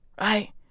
right